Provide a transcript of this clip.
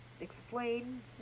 explain